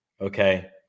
okay